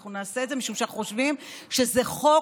אנחנו נעשה את זה משום שאנחנו חושבים שזה חוק